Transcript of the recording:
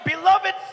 Beloved